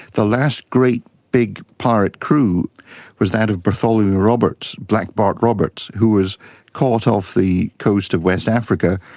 the last great big pirate crew was that of bartholomew roberts, black bart roberts, who was caught off the coast of west africa.